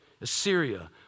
Assyria